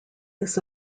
this